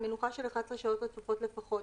מנוחה של 11 שעות רצופות לפחות,